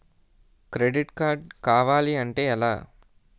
Credit card కావాలి అంటే ఎలా?